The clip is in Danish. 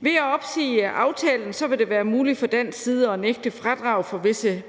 Ved at opsige aftalen vil det være muligt fra dansk side at nægte fradrag for visse